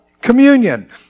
communion